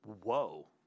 whoa